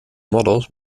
models